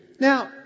Now